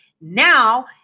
Now